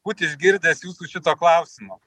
būti išgirdęs jūsų šito klausimo